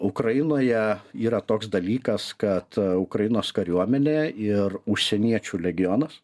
ukrainoje yra toks dalykas kad ukrainos kariuomenė ir užsieniečių legionas